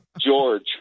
george